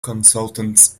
consultants